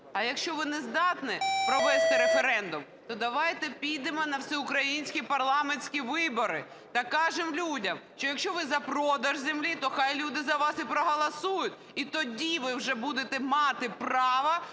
А якщо ви не здатні провести референдум, то давайте підемо на всеукраїнські парламентські вибори, докажемо людям, що якщо ви за продаж землі, то хай люди за вас і проголосують, і тоді ви вже будете мати право